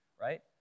right